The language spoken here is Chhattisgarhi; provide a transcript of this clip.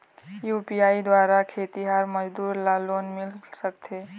यू.पी.आई द्वारा खेतीहर मजदूर ला लोन मिल सकथे?